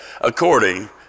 according